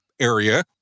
area